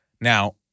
now